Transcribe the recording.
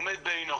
עומד בעינו.